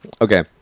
Okay